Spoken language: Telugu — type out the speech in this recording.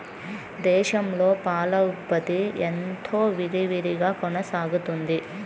దేశంలో పాల ఉత్పత్తి ఎంతో విరివిగా కొనసాగుతోంది